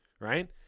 right